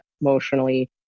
emotionally